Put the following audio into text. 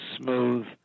smooth